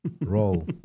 roll